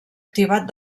activat